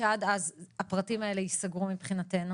עד אז הפרטים האלה ייסגרו מבחינתנו,